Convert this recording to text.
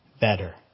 better